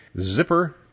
Zipper